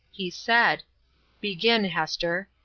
he said begin, hester.